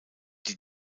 die